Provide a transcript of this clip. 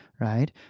right